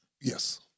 Yes